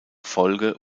folge